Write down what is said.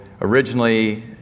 originally